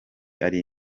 ari